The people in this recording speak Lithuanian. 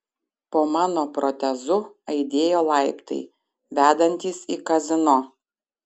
po mano protezu aidėjo laiptai vedantys į kazino